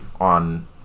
on